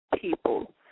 people